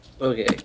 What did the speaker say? Okay